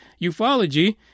ufology